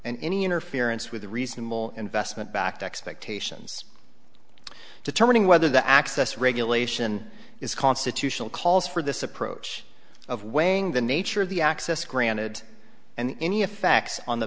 and any interference with a reasonable investment backed expectations to turning whether the access regulation is constitutional calls for this approach of weighing the nature of the access granted and any effects on the